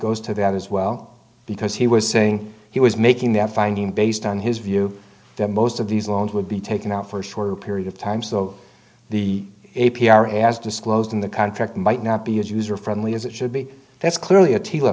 goes to that as well because he was saying he was making that finding based on his view that most of these loans will be taken out for a shorter period of time so the a p r has disclosed in the contract might not be as user friendly as it should be that's clearly a tailor